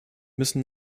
müssen